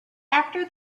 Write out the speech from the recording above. after